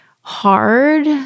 hard